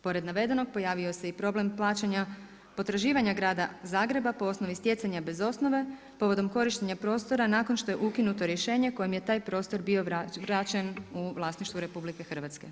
Pored navedenog pojavio se i problem plaćanja potraživanja grada Zagreba po osnovi stjecanja bez osnove povodom korištenja prostora nakon što je ukinuto rješenje kojim je taj prostor bio vraćen u vlasništvu RH.